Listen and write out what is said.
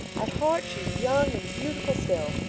at heart she's young and beautiful still.